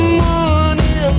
morning